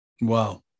Wow